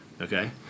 okay